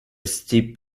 steep